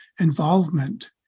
involvement